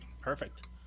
Perfect